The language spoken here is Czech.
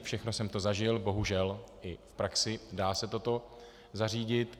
Všechno jsem to zažil bohužel i v praxi, dá se toto zařídit.